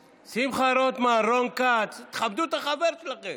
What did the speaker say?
אלכס, שמחה רוטמן, רון כץ, כבדו את החבר שלכם.